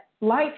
life